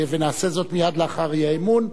ונעשה זאת מייד לאחר האי-אמון,